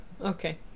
Okay